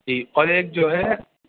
جی اور ایک جو ہے